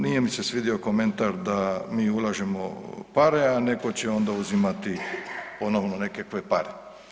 Nije mi se svidio komentar da mi ulažemo pare, a netko će onda uzimati ponovno nekakve pare.